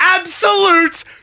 absolute